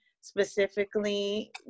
specifically